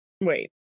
wait